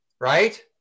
right